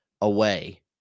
away